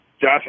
Josh